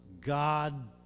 God